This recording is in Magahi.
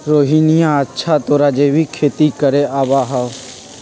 रोहिणीया, अच्छा तोरा जैविक खेती करे आवा हाउ?